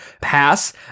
pass